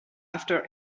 after